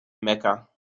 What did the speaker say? mecca